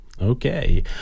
Okay